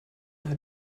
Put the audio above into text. hat